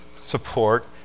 support